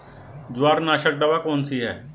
जवारनाशक दवा कौन सी है?